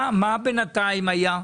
מה בינתיים היה?